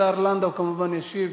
השר לנדאו כמובן ישיב.